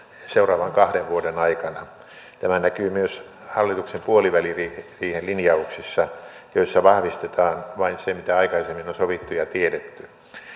seuraavan kahden vuoden aikana tämä näkyy myös hallituksen puoliväliriihen linjauksissa joissa vahvistetaan vain se mitä aikaisemmin on sovittu ja tiedetty